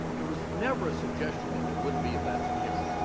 there was never a suggestion that there wouldn't be a batson hearing.